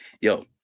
Yo